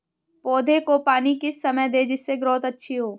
पौधे को पानी किस समय दें जिससे ग्रोथ अच्छी हो?